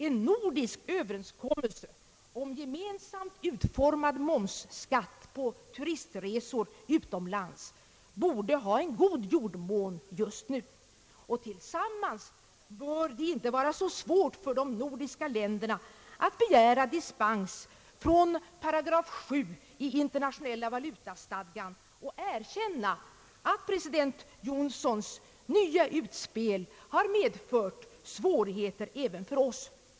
En nordisk överenskommelse om gemensamt utformad momsskatt på turistresor utomlands borde ha en god jordmån just nu. Tillsammans bör det inte vara så svårt för de nordiska länderna att begära dispens från § 7 i internationella valutastadgan och erkänna att president Johnsons nya utspel har medfört svårigheter även för oss.